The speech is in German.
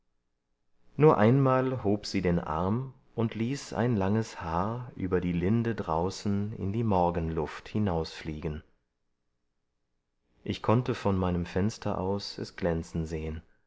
nur einmal hob sie den arm und ließ ein langes haar über die linde draußen in die morgenluft hinausfliegen ich konnte von meinem fenster aus es glänzen sehen